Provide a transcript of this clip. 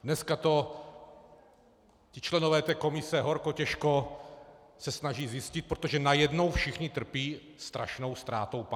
Dneska to ti členové komise horko těžko se snaží zjistit, protože najednou všichni trpí strašnou ztrátou paměti.